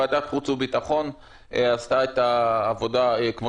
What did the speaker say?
ועדת החוץ והביטחון עשתה את העבודה כמו